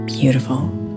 beautiful